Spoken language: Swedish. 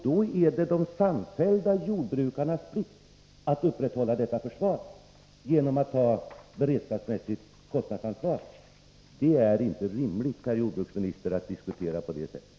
Då är det de samfällda jordbrukarnas plikt att upprätthålla detta försvar genom att ta beredskapsmässigt kostnadsansvar. Det är inte rimligt att diskutera på det sättet, herr jordbruksminister!